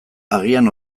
agian